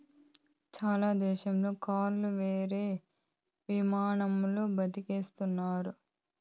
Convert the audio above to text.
చాలా దేశాల్లో కార్లు వేరే వాహనాల్లో బాడిక్కి ఇత్తారు